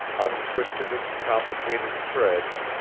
untwisted its complicated threads,